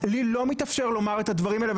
לי לא מתאפשר לומר את הדברים האלה,